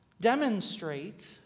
demonstrate